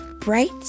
bright